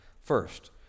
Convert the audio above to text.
First